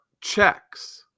checks